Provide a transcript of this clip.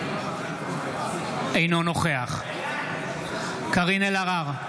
אינו נוכח קארין אלהרר,